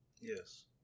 Yes